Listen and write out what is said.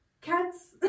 cats